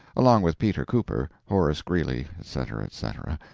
along with peter cooper, horace greeley, etc, etc,